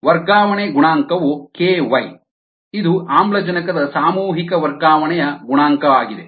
ವರ್ಗಾವಣೆ ಗುಣಾಂಕವು ky ಇದು ಆಮ್ಲಜನಕದ ಸಾಮೂಹಿಕ ವರ್ಗಾವಣೆಯ ಗುಣಾಂಕವಾಗಿದೆ